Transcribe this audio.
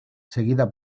seguida